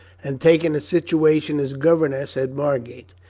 and taken a situation as governess at margate.